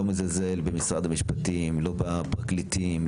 לא מזלזל במשרד המשפטים ולא בפרקליטים,